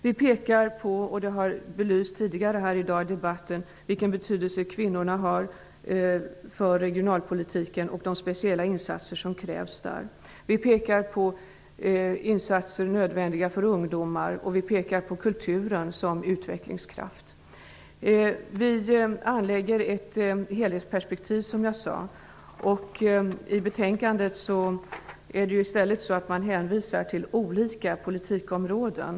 Vi betonar -- och det har tidigare här belysts i debatten -- den betydelse som kvinnorna har för regionalpolitiken och de speciella insatser som krävs i det sammanhanget. Vi pekar på nödvändiga insatser för ungdomar och vi pekar på kulturen som utvecklingskraft. Som jag sade anlägger vi ett helhetsperspektiv. I betänkandet hänvisar man däremot till olika politikområden.